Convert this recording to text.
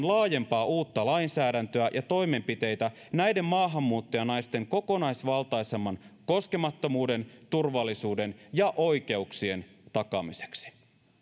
laajempaa uutta lainsäädäntöä ja toimenpiteitä näiden maahanmuuttajanaisten kokonaisvaltaisemman koskemattomuuden turvallisuuden ja oikeuksien takaamiseksi